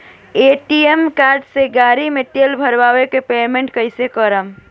ATM card से गाड़ी मे तेल भरवा के पेमेंट कैसे करेम?